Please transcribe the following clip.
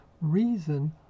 reason